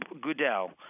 Goodell